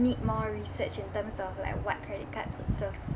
need more research in terms of like what credit cards would serve